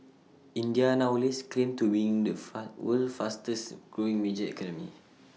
India now lays claim to being the fat world's fastest growing major economy